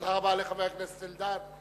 תודה רבה לחבר הכנסת אלדד.